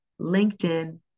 LinkedIn